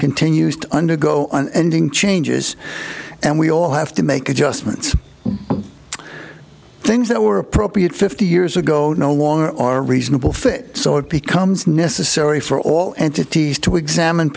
continues to undergo an ending changes and we all have to make adjustments things that were appropriate fifty years ago no longer or reasonable fit so it becomes necessary for all entities to examine